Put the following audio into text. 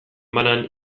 banan